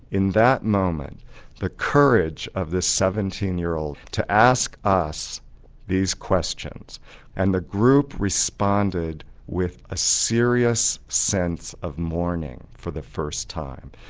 in that moment the courage of this seventeen year old to ask us these questions and the group responded with a serious sense of mourning for the first time.